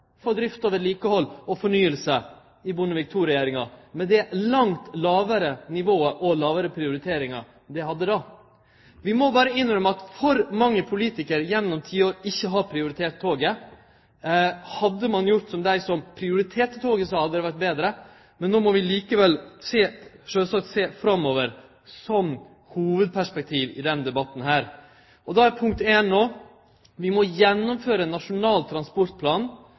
og fornying i Bondevik II-regjeringa, med det langt lågare nivået og den lågare prioriteringa dei hadde då. Vi må berre innrømme at for mange politikarar gjennom tiår ikkje har prioritert toget. Hadde ein gjort som dei som prioriterte toget, sa, hadde det vore betre, men no må vi sjølvsagt sjå framover og ha det som hovudperspektiv i denne debatten. Då må vi gjennomføre Nasjonal transportplan, som er ei radikal dreiing og ein